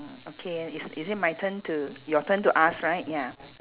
mm okay it's is it my turn to your turn to ask right ya